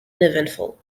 uneventful